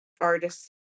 artist